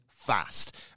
Fast